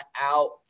out